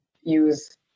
use